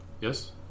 yes